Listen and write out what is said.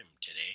today